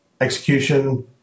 execution